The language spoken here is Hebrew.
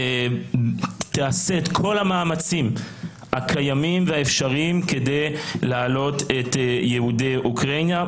תעשה את כל המאמצים הקיימים והאפשריים כדי להעלות את יהודי אוקראינה.